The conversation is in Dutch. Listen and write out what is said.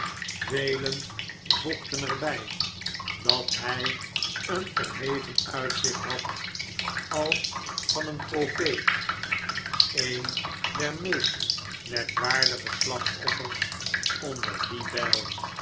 voegden er bij dat hij een verheven uitzicht had als van een profeet een der meest merkwaardige slachtoffersonder die bijl